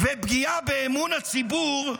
ופגיעה באמון הציבור,